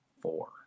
four